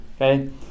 Okay